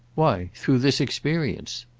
why through this experience.